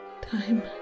time